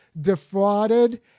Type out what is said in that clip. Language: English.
defrauded